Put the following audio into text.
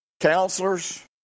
counselors